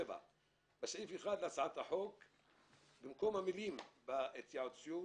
מי בעד הסתייגות מספר 12 של הרשימה המשותפת?